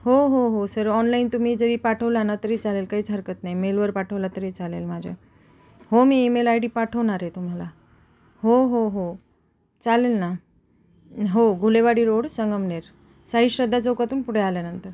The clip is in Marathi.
हो हो हो सर ऑनलाईन तुम्ही जरी पाठवला ना तरी चालेल काहीच हरकत नाही मेलवर पाठवला तरी चालेल माझ्या हो मी ईमेल आय डी पाठवणार आहे तुम्हाला हो हो हो चालेल ना हो गुलेवाडी रोड संगमनेर साई श्रद्धा चौकातून पुढे आल्यानंतर